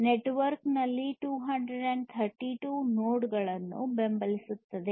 network ನಲ್ಲಿ 232 ನೋಡ್ಗಳನ್ನು ಬೆಂಬಲಿಸುತ್ತದೆ